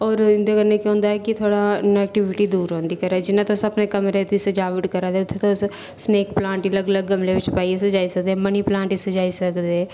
होर इंदे कन्नै केह् होंदा कि थोह्ड़ा नेगैटिविटी दूर रौंह्दी घरै दी जियां तुस अपने कमरे दी सजावट करा दे उत्थें तुस स्नैक प्लांट गी अलग अलग गमलें च पाइयै सजाई सकदे ओ मनी प्लांट गी सजाई सकदे